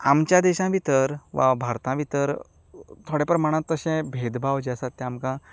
आमच्या देशा भितर वा भारता भितर थोड्या प्रमाणांत तशे भेद भाव जे आसात ते आमकां